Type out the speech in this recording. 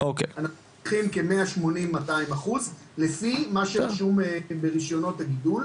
אנחנו לוקחים כ-180%-200% לפי מה שרשום ברישיונות הגידול.